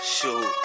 Shoot